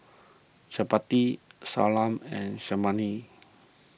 Chapati Salsa and